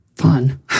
fun